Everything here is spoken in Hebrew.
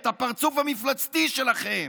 את הפרצוף המפלצתי שלכם.